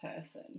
person